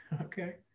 okay